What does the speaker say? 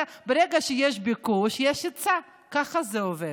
ברגע שיש ביקוש יש היצע, ככה זה עובד.